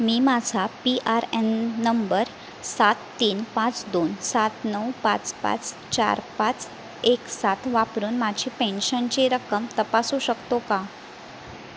मी माझा P R N नंबर सात तीन पाच दोन सात नऊ पाच पाच चार पाच एक सात वापरून माझी पेन्शनची रक्कम तपासू शकतो का